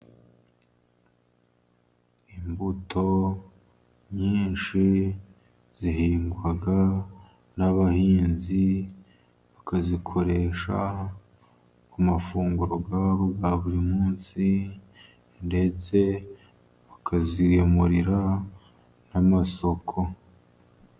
Imbuto nyinshi zihingwa n'abahinzi bakazikoresha ku mafunguro ya bo ya buri munsi, ndetse bakazigemurira n'amasoko.